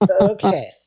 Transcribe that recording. Okay